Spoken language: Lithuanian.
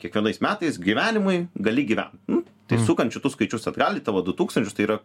kiekvienais metais gyvenimui gali gyvent tai sukant šitus skaičius atgal į tavo du tūkstančius tai yra